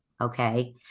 Okay